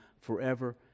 forever